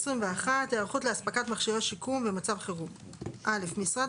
היערכות לאספקת מכשירי שיקום במצב חירום 21. (א)משרד